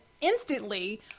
instantly